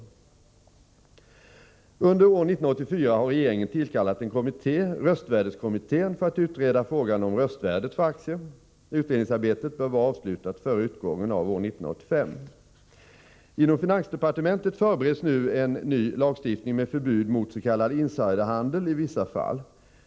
o Under år 1984 har regeringen tillkallat en kommitté — röstvärdeskommittén — för att utreda frågan om röstvärdet för aktier. Utredningsarbetet bör vara avslutat före utgången av år 1985. Oo Inom finansdepartementet förbereds nu en ny lagstiftning med förbud mot s.k. insider-handel i vissa fall.